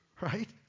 right